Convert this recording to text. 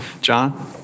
John